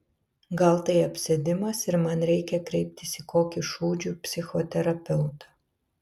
gal tai apsėdimas ir man reikia kreiptis į kokį šūdžių psichoterapeutą